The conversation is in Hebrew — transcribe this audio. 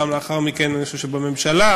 גם לאחר מכן אני חושב שבממשלה.